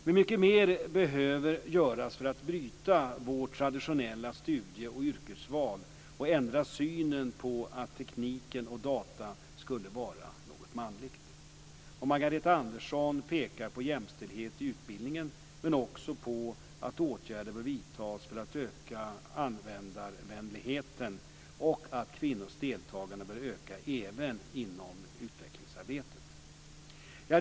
Men mycket mer behöver göras för att bryta vårt traditionella studie och yrkesval och ändra synen på att teknik och data skulle vara något manligt. Margareta Andersson pekar på jämställdhet i utbildningen, men också på att åtgärder bör vidtas för att öka användarvänligheten och att kvinnors deltagande bör öka även inom utvecklingsarbetet.